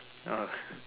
oh